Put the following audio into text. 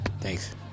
Thanks